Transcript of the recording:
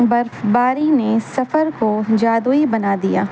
برف باری نے سفر کو جادوئی بنا دیا